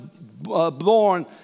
born